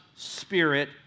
spirit